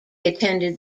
attended